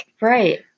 Right